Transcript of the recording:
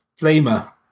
Flamer